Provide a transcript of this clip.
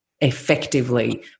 effectively